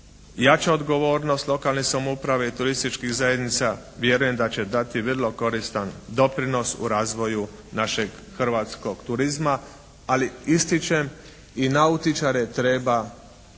Jača odgovornost lokalne samouprave i turističkih zajednica vjerujem da će dati vrlo koristan doprinos u razvoju našeg hrvatskog turizma. Ali ističem i nautičare treba